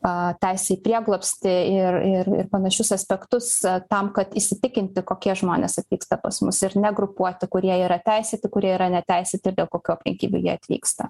a tęsę prieglobstį ir ir ir panašius aspektus tam kad įsitikinti kokie žmonės atvyksta pas mus ir negrupuoti kurie yra teisėti kurie yra neteisėti ir dėl kokių aplinkybių jie atvyksta